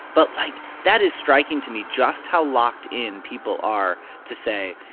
but, like, that is striking to me just how locked in people are to say,